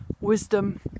wisdom